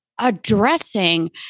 Addressing